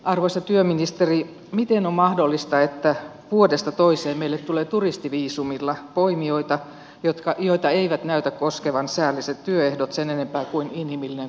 arvoisa työministeri miten on mahdollista että vuodesta toiseen meille tulee turistiviisumilla poimijoita joita eivät näytä koskevan säällisen työehdot sen enempää kuin inhimillinen kohtelukaan